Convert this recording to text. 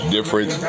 Different